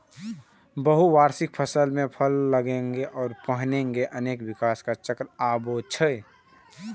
बहुवार्षिक फसल मे फल लागै सं पहिने अनेक विकास चक्र आबै छै